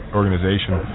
organization